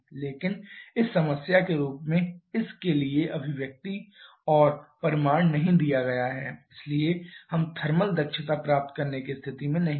लेकिन इस समस्या के रूप में इस के लिए अभिव्यक्ति या परिमाण नहीं दिया गया है इसलिए हम थर्मल दक्षता प्राप्त करने की स्थिति में नहीं हैं